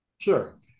Sure